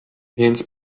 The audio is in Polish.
więc